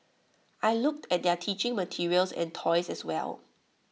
I looked at their teaching materials and toys as well